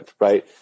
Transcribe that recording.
right